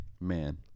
Man